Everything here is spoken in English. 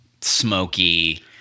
smoky